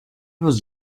was